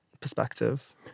perspective